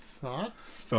Thoughts